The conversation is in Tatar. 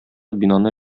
бинаны